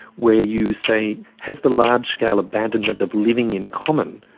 where you say, has the large scale abandonment of living in common,